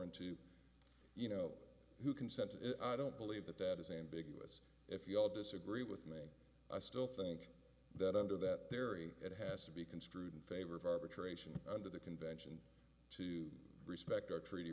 into you know who consent i don't believe that that is ambiguous if you all disagree with me i still think that under that theory it has to be construed in favor of arbitration under the convention to respect our treaty